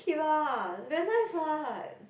keep lah very nice what